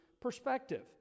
perspective